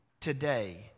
today